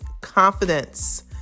confidence